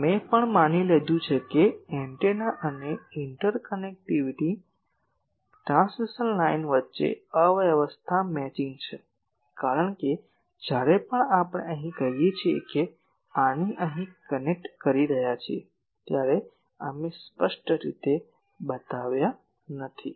અમે એમ પણ માની લીધું છે કે એન્ટેના અને ઇન્ટરકનેક્ટિંગ ટ્રાન્સમિશન લાઇન વચ્ચે અવ્યવસ્થા મેચિંગ છે કારણ કે જ્યારે આપણે અહીં કહીએ છીએ કે આને અહીં કનેક્ટ કરી રહ્યા છીએ ત્યારે અમે સ્પષ્ટ રીતે બતાવ્યા નથી